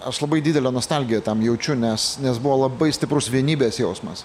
aš labai didelę nostalgiją tam jaučiu nes nes buvo labai stiprus vienybės jausmas